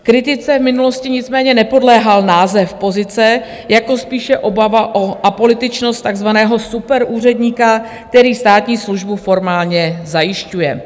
Kritice v minulosti nicméně nepodléhal název pozice jako spíše obava o apolitičnost takzvaného superúředníka, který státní službu formálně zajišťuje.